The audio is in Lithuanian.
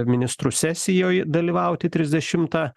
ministrų sesijoj dalyvauti trisdešimtą